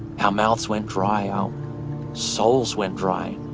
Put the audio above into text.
our mouths went dry, our souls went dry.